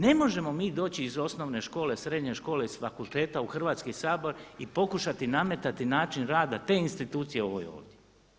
Ne možemo mi doći iz osnovne škole, srednje škole i s fakulteta u Hrvatski sabor i pokušati nametati način rada te institucije ovoj ovdje.